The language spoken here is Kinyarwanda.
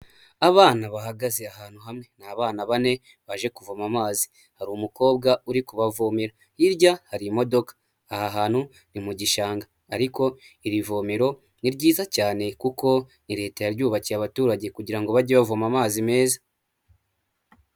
Abana bahagaze ahantu hamwe ni abana bane baje kuvoma amazi, hari umukobwa uri kubavomera hirya hari imodoka, aha hantu ni mu gishanga ariko iri vomero ni ryiza cyane kuko ni leta yaryubakiye abaturage kugira ngo bajye bavoma amazi meza.